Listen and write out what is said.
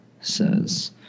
says